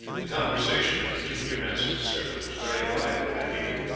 the conversation in the junior mess of the serpent was very lively that evening.